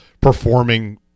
performing